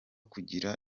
kugira